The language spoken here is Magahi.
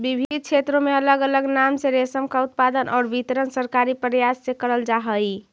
विविध क्षेत्रों में अलग अलग नाम से रेशम का उत्पादन और वितरण सरकारी प्रयास से करल जा हई